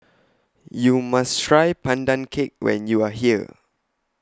YOU must Try Pandan Cake when YOU Are here